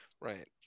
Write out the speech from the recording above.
Right